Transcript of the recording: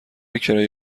کرایه